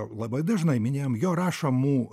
labai dažnai minėjom jo rašomų